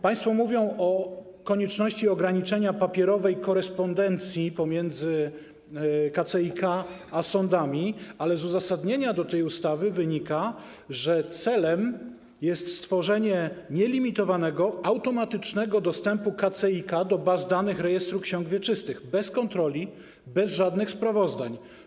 Państwo mówią o konieczności ograniczenia papierowej korespondencji pomiędzy KCIK a sądami, ale z uzasadnienia do tej ustawy wynika, że celem jest stworzenie nielimitowanego, automatycznego dostępu KCIK do baz danych rejestru ksiąg wieczystych, bez kontroli, bez żadnych sprawozdań.